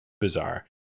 bizarre